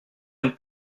une